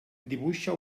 dibuixa